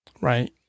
right